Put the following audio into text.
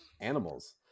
animals